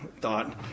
thought